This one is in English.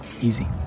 Easy